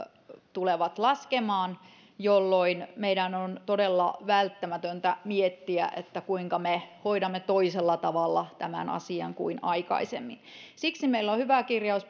tulevat laskemaan jolloin meidän on todella välttämätöntä miettiä kuinka me hoidamme tämän asian toisella tavalla kuin aikaisemmin siksi meillä on budjettiriihestä hyvä kirjaus